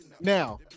Now